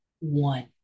one